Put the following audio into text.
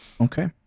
Okay